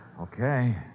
Okay